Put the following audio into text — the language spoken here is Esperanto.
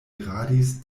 iradis